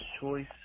choice